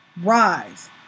rise